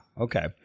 okay